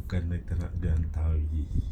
bukan kakak hantar pergi